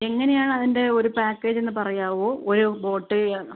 എങ്ങനെയാണ് അതിൻ്റെ ഒരു പാക്കേജെന്ന് പറയാമോ ഒരു ബോട്ട് വേണം